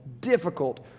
difficult